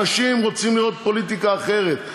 אנשים רוצים לראות פוליטיקה אחרת.